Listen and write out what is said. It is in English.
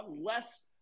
less